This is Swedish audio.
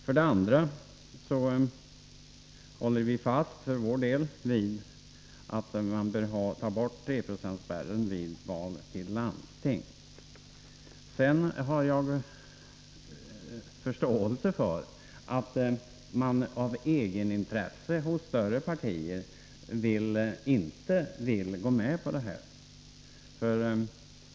För det andra håller vi för vår del fast vid att man bör ta bort 3-procentsspärren vid val till landsting. Jag har förståelse för att de större partierna av egenintresse inte vill gå med på detta.